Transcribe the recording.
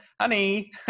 honey